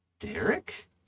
Derek